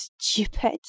stupid